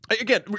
again